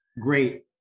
great